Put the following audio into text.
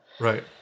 Right